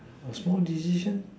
a small decision